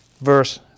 verse